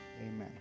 amen